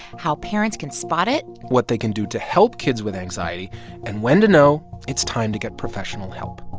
how parents can spot it. what they can do to help kids with anxiety and when to know it's time to get professional help